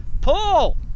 pull